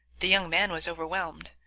the young man was overwhelmed,